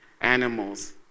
animals